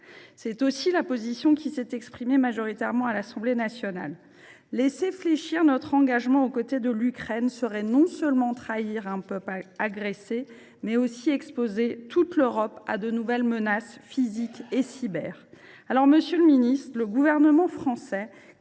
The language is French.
C’est aussi la position adoptée par la majorité de l’Assemblée nationale. Laisser fléchir notre engagement aux côtés de l’Ukraine serait non seulement trahir un peuple agressé, mais aussi exposer toute l’Europe à de nouvelles menaces, physiques et cyber. Alors, monsieur le ministre, le Gouvernement compte